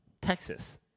Texas